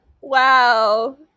Wow